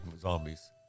zombies